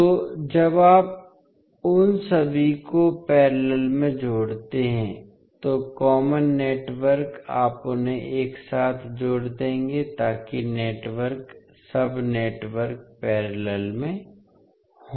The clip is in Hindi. तो जब आप उन सभी को पैरेलल में जोड़ते हैं तो कॉमन नेटवर्क आप उन्हें एक साथ जोड़ देंगे ताकि नेटवर्क सब नेटवर्क पैरेलल में हो